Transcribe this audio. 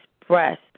express